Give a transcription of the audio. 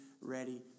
ready